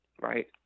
right